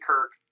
Kirk